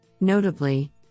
Notably